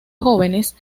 jóvenes